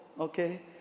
okay